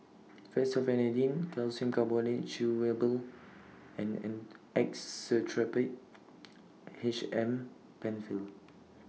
Fexofenadine Calcium Carbonate Chewable and Actrapid H M PenFill